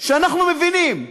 אנחנו מבינים: